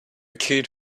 kid